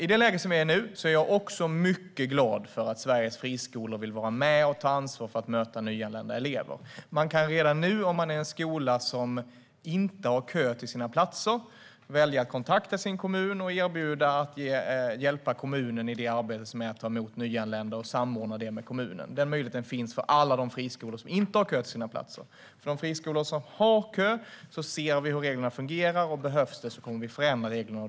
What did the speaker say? I det läge som vi är i nu är jag också mycket glad att Sveriges friskolor vill vara med och ta ansvar för att möta nyanlända elever. Skolor som inte har kö till sina platser kan redan nu välja att kontakta sin kommun och erbjuda hjälp i arbetet med att ta emot nyanlända och samordna det med kommunen. Den möjligheten finns för alla de friskolor som inte har kö till sina platser. När det gäller de friskolor som har kö ser vi på hur reglerna fungerar, och behövs det kommer vi att förändra reglerna.